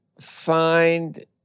find